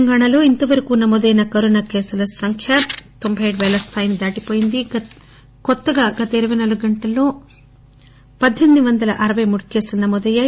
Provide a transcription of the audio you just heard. తెలంగాణలో ఇంతవరకు నమోదైన కరోనా కేసుల సంఖ్య తొంబై పేల స్థాయిని దాటిపోయింది కొత్తగా గత ఇరవై నాలుగు గంటల్లో అత్యంత వందల అరవై మూడు కేసులు నమోదయ్యాయి